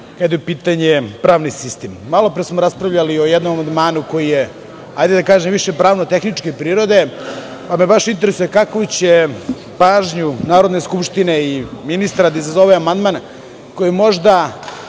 kada je u pitanju pravni sistem. Malopre smo raspravljali o jednom amandmanu koji je, da tako kažem, više pravno-tehničke prirode, pa me baš interesuje kakvu će pažnju Narodne skupštine i ministara da izazove amandman koji je možda